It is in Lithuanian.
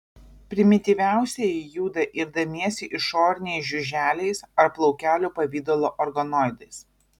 primityviausieji juda irdamiesi išoriniais žiuželiais ar plaukelių pavidalo organoidais